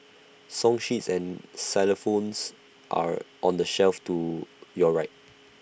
song sheets and xylophones are on the shelf to your right